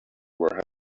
were